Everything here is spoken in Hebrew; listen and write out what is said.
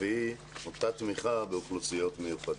הרביעי הוא אותה תמיכה באוכלוסיות מיוחדות.